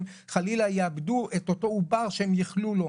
חלילה יאבדו את אותו עובר שהן ייחלו לו.